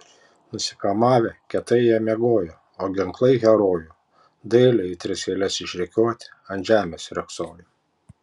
nusikamavę kietai jie miegojo o ginklai herojų dailiai į tris eiles išrikiuoti ant žemės riogsojo